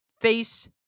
face